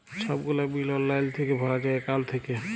ছব গুলা বিল অললাইল থ্যাইকে ভরা যায় একাউল্ট থ্যাইকে